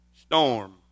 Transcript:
storm